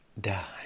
Die